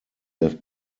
have